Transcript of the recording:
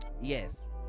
yes